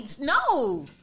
No